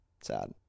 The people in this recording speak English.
Sad